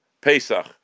Pesach